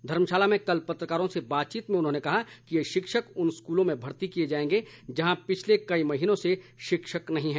धर्मशाला में कल पत्रकारों से बातचीत में उन्होंने बताया कि ये शिक्षक उन स्कूलों में भर्ती किए जाएंगे जहां पिछले कई महीनों से शिक्षक नहीं हैं